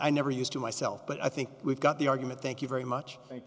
i never used to myself but i think we've got the argument thank you very much thank